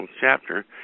chapter